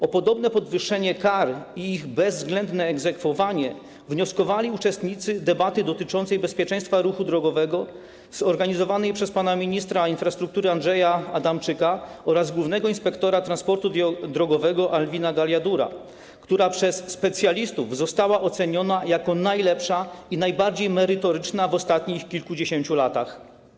O podobne podwyższenie kar i ich bezwzględne egzekwowanie wnioskowali uczestnicy debaty dotyczącej bezpieczeństwa ruchu drogowego, zorganizowanej przez pana ministra infrastruktury Andrzeja Adamczyka oraz głównego inspektora transportu drogowego Alvina Gajadhura, która przez specjalistów została oceniona jako najlepsza i najbardziej merytoryczna w ostatnich kilkudziesięciu latach.